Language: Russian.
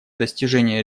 достижения